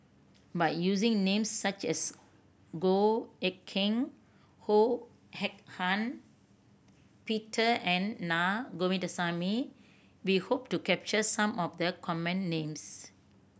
by using names such as Goh Eck Kheng Ho Hak Ean Peter and Naa Govindasamy we hope to capture some of the common names